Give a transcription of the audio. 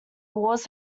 walls